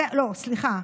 לא, סליחה,